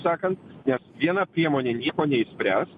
sakant nes viena priemonė nieko neišspręs